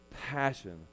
passion